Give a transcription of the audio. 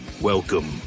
Welcome